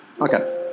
okay